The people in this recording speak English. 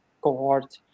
cohort